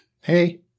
Hey